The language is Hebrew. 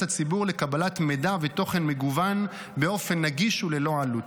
הציבור לקבלת מידע ותוכן מגוון באופן נגיש וללא עלות.